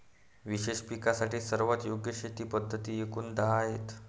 विशेष पिकांसाठी सर्वात योग्य शेती पद्धती एकूण दहा आहेत